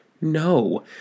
no